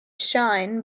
shine